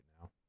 now